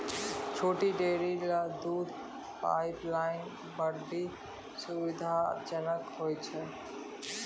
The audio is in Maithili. छोटो डेयरी ल दूध पाइपलाइन बड्डी सुविधाजनक होय छै